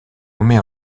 nommée